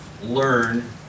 learn